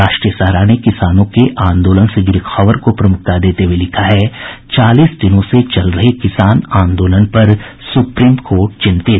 राष्ट्रीय सहारा ने किसानों के आंदोलन से जुड़ी खबर को प्रमुखता देते हुये लिखा है चालीस दिनों से चल रहे किसान आंदोलन पर सुप्रीम कोर्ट चिंतित